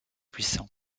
puissant